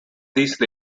these